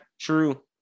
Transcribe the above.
true